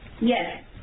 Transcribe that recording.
Yes